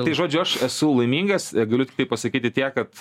tai žodžiu aš esu laimingas i galiu tiktai pasakyti tiek kad